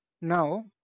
Now